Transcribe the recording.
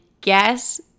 guess